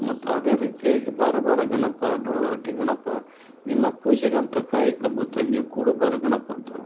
ಮತ್ತು ಅದೇ ರೀತಿ ಆಗಿ ಬಾರೋ ಬಾರೋ ಗಣಪ ಡೊಳ್ಳು ಹೊಟ್ಟೆ ಗಣಪ ನಿನ್ನ ಪೂಜೆಗಂತ ಕಾಯಿ ಕಬ್ಬು ತಂದೀವಿ ಕೂಡು ಬಾರೋ ಗಣಪ ಅಂತಾರೆ